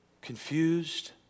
confused